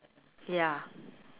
ya